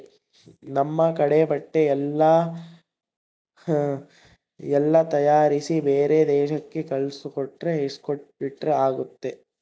ನಮ್ ಕಡೆ ಬಟ್ಟೆ ಎಲ್ಲ ತಯಾರಿಸಿ ಬೇರೆ ದೇಶಕ್ಕೆ ಕಲ್ಸೋದು ಎಕ್ಸ್ಪೋರ್ಟ್ ಆಗುತ್ತೆ